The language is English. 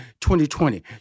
2020